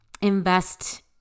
invest